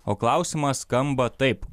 o klausimas skamba taip